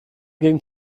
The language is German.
gegen